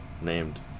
named